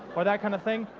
or that kind of thing.